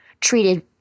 treated